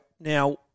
Now